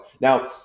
Now